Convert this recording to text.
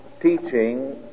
teaching